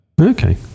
Okay